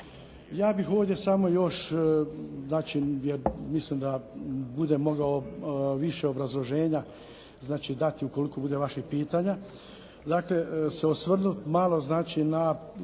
Ja bih ovdje samo još, znači mislim da budem mogao više obrazloženja znači dati ukoliko bude vaših pitanja, dakle se osvrnuti malo znači na